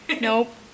Nope